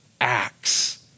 acts